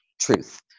truth